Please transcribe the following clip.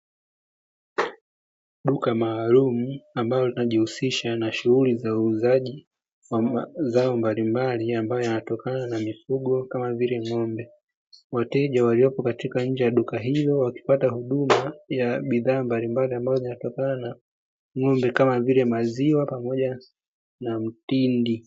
Duka maalumu, ambalo linajihusisha na shughuli za uuzaji wa mazao mbalimbali, ambayo yanatokana na mifugo, kama vile: ng'ombe. Wateja waliopo katika nje ya duka hilo wakipata huduma ya bidhaa mbalimbali, ambazo zinatokana na ng'ombe, kama vile; maziwa pamoja na mtindi.